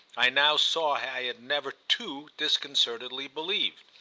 i now saw i had never too disconcertedly believed.